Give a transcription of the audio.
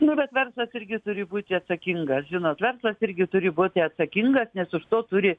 nu bet verslas irgi turi būti atsakingas žinot verslas irgi turi būti atsakingas nes už to turi